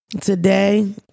today